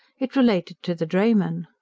it related to the drayman.